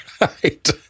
right